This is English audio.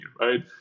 right